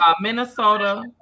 Minnesota